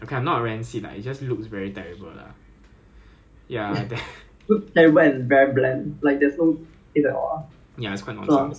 the soup the soup still okay lah the soup still okay ya but on err Tekong ah Tekong Wednesdays are are